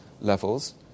Levels